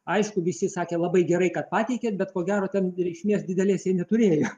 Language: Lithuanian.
aišku visi sakė labai gerai kad pateikėt bet ko gero ten reikšmės didelės jie neturėjo